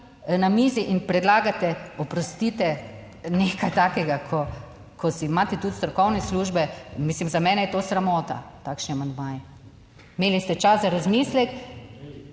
na mizi in predlagate, oprostite, nekaj takega, ko imate tudi strokovne službe, mislim za mene je to sramota, takšni amandmaji. Imeli ste čas za razmislek,